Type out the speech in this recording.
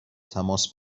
تماس